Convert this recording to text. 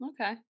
okay